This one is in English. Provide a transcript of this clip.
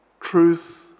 truth